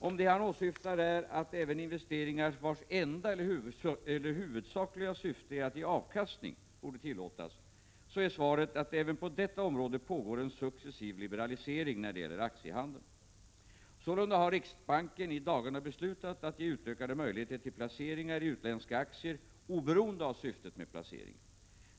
Om det han åsyftar är att även investeringar, vilkas enda eller huvudsakliga syfte är att ge avkastning, borde tillåtas, så är svaret att det även på detta område pågår en successiv liberalisering när det gäller aktiehandeln. Sålunda har riksbanken i dagarna beslutat att ge utökade möjligheter till placeringar i utländska aktier oberoende av syftet med placeringen.